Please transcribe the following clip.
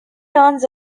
earns